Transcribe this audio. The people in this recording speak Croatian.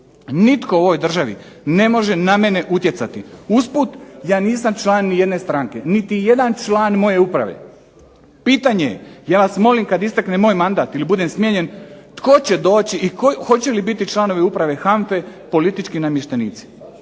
Nitko u ovoj državi ne može na mene utjecati. Usput, ja nisam član niti jedne stranke, niti jedan član moje uprave. Pitanje je ja vas molim kad istekne moj mandat ili budem smijenjen tko će doći i hoće li biti članovi uprave HANFA-e politički namještenici.